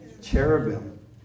Cherubim